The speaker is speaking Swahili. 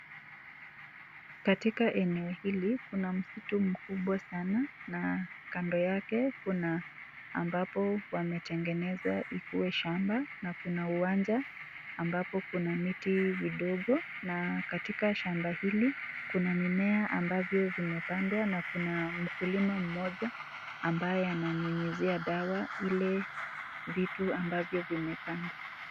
Katika eneo hili kuna msitu mkubwa sana na kando yake kuna ambapo wametengeneza ikuwe shamba na kuna uwanja ambapo kuna miti vidogo na katika shamba hili kuna mimea ambavyo vimepandwa na kuna mkulima mmoja ambaye ananyunyizia dawa ile vitu ambavyo vimepandwa.